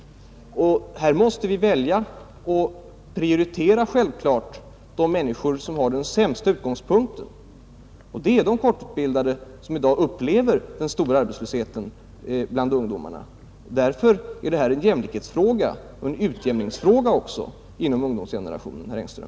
Vi måste i detta läge självfallet prioritera de människor som har den sämsta utgångspunkten, och det är i dag de kortutbildade som upplever den stora arbetslösheten bland ungdomarna, Därför är detta en jämlikhetsfråga och även en utjämningsfråga inom ungdomsgenerationen, herr Engström.